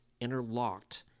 interlocked